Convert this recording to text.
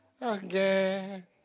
again